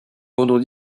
pendant